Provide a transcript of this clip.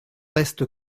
reste